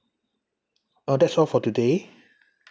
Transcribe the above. oh that's all for today